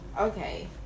Okay